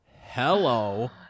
hello